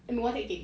one thing okay